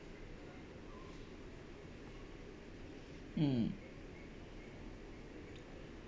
mm